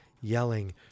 yelling